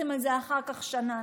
בכיתם על זה אחר כך שנה,